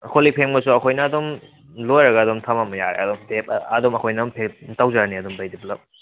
ꯀꯣꯜꯂꯤꯛ ꯐꯦꯡꯕꯁꯨ ꯑꯩꯈꯣꯏꯅ ꯑꯗꯨꯝ ꯂꯣꯏꯔꯒ ꯑꯗꯨꯝ ꯊꯃꯝꯕ ꯌꯥꯔꯦ ꯑꯗꯣ ꯑꯗꯣ ꯃꯈꯣꯏꯅ ꯑꯗꯨꯝ ꯐꯦꯡ ꯇꯧꯖꯔꯅꯤ ꯑꯗꯨꯝꯕꯩꯗꯤ ꯄꯨꯂꯞ